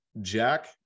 Jack